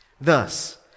Thus